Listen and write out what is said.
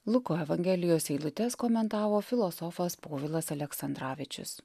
luko evangelijos eilutes komentavo filosofas povilas aleksandravičius